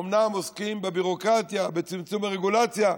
אומנם עוסקים בביורוקרטיה, בצמצום הרגולציה,